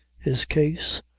his case,